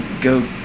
go